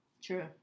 true